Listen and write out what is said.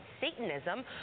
Satanism